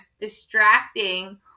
distracting